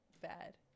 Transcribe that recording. bad